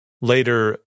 Later